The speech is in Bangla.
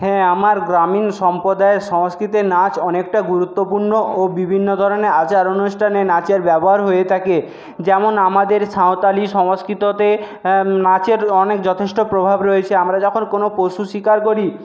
হ্যাঁ আমার গ্রামীণ সম্প্রদায়ের সংস্কৃতিতে নাচ অনেকটা গুরুত্বপূর্ণ ও বিভিন্ন ধরনের আচার অনুষ্ঠানে নাচের ব্যবহার হয়ে থাকে যেমন আমাদের সাঁওতালি সংস্কতিতে নাচের অনেক যথেষ্ট প্রভাব রয়েছে আমরা যখন কোন পশু শিকার করি